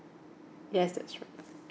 yes that's right